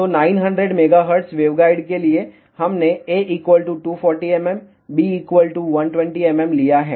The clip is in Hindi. तो 900 MHz वेवगाइड के लिए हमने a 240 mm b 120 mm लिया है